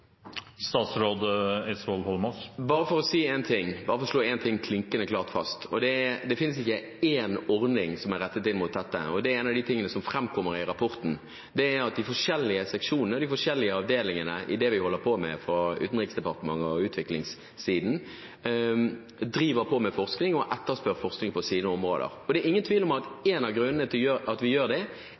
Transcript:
Bare for å slå fast én ting klinkende klart: Det finnes ikke én ordning som er rettet inn mot dette. En av de tingene som framkommer i rapporten, er at de forskjellige seksjonene, de forskjellige avdelingene på utviklingssiden i Utenriksdepartementet etterspør forskning på sine områder. Det er ingen tvil om at en av grunnene til at vi gjør det, er at vi vil fokusere mer på ting vi er opptatt av. Vi kan f.eks. ta området skogsamarbeid – det